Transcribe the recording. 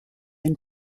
une